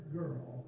girl